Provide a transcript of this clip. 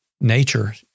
nature